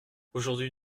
aujourd’hui